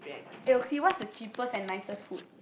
eh what's the cheapest and nicest food